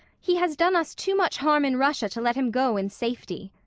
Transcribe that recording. he has done us too much harm in russia to let him go in safety.